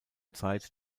zeit